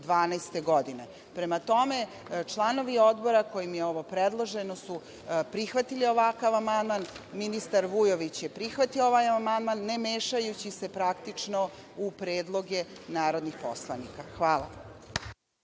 2012. godine. Prema tome, članovi Odbora kojima je ovo predloženo su prihvatili ovakav amandman, ministar Vujović je prihvatio ovaj amandman, ne mešajući se praktično u predloge narodnih poslanika. Hvala.